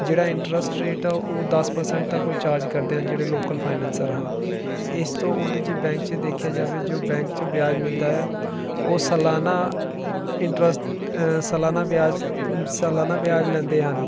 ਜਿਹੜਾ interest rate ਆ ਉਹ ਦਸ ਪ੍ਰਸੈਂਟ ਤੱਕ ਉਹ ਚਾਰਜ ਕਰਦੇ ਆ ਜਿਹੜੇ ਲੋਕਲ ਫਾਈਨੈਂਸਰ ਹਨ ਇਸ ਤੋਂ ਉਲਟ ਜੇ ਬੈਂਕ 'ਚ ਦੇਖਿਆ ਜਾਵੇ ਜੋ ਬੈਂਕ ਚੋਂ ਵਿਆਜ ਮਿਲਦਾ ਆ ਉਹ ਸਲਾਨਾ ਇੰਟਰਸਟ ਸਲਾਨਾ ਵਿਆਜ ਸਲਾਨਾ ਵਿਆਜ ਲੈਂਦੇ ਹਨ